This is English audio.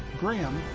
graham,